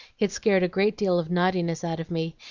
it scared a great deal of naughtiness out of me,